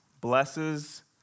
blesses